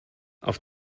auf